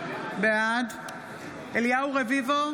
בעד אליהו רביבו,